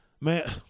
Man